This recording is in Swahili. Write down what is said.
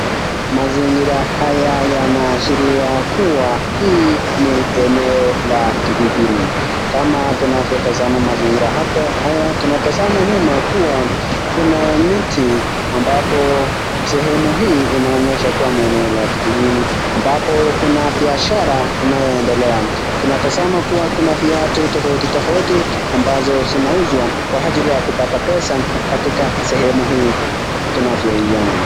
Mazingira haya yanaashiria kuwa hii ni eneo la kijijini. Kama tunavyotazama mazingira haya, tunatazama nyuma kuwa kuna miti ambapo sehemu hii inaonyesha ni kuwa ni eneo la kijijini, ambapo kuna biashara inayoendelea. Tunatazama kuwa kuna viatu tofauti tofauti ambazo zinauzwa kwa ajili ya kupata pesa katika sehemu hii tunavyoiona.